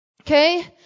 Okay